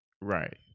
Right